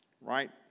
right